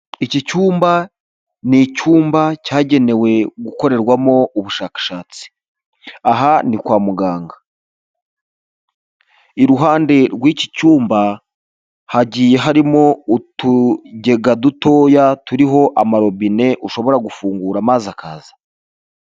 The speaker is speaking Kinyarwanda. Iki cyumba ni icyumba cyagenewe gukorerwamo ubushakashatsi, aha ni kwa muganga, iruhande rw'iki cyumba hagiye harimo utugega dutoya turiho amarobine ushobora gufungura amazi akaza.